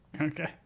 okay